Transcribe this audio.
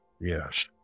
Yes